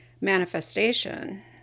manifestation